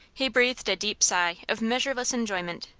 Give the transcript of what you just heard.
he breathed a deep sigh of measureless enjoyment.